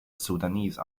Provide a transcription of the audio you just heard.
sudanese